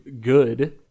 good